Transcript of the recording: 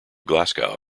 glasgow